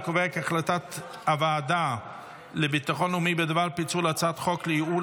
אני קובע כי החלטת הוועדה לביטחון לאומי בדבר פיצול הצעת חוק לייעול